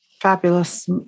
Fabulous